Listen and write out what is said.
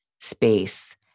space